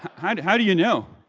and how do you know?